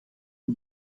een